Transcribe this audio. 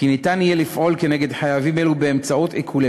וניתן יהיה לפעול כנגד חייבים אלו באמצעות עיקולי